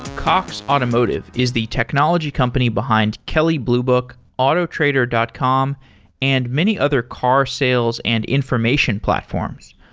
cox automotive is the technology company behind kelly blue book, autotrader dot com and many other car sales and information platforms.